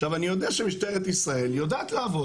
עכשיו, אני יודע שמשטרת ישראל יודעת לעבוד.